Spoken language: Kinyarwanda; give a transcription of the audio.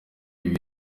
ibi